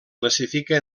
classifica